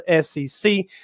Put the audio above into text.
SEC